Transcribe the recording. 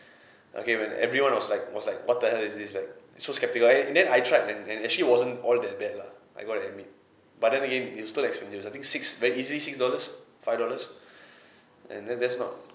okay when everyone was like was like what the hell is this like so skeptical uh and then I tried and and actually it wasn't all that bad lah I gotta admit but then again it's still expensive I think six very easily six dollars five dollars and then that's not